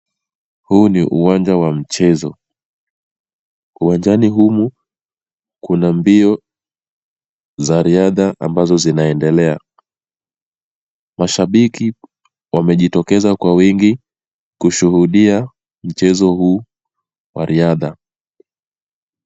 Huu ni uwanja wa mchezo. Uwanjani humu kuna mbio za riadha ambazo zinaendelea. Mashabiki wamejitokeza kwa wingi kushuhudia mchezo huu wa riadha.